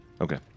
Okay